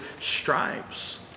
stripes